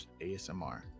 ASMR